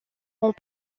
ont